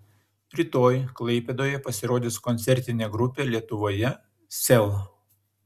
rytoj klaipėdoje pasirodys koncertinė grupė lietuvoje sel